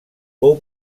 fou